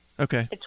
Okay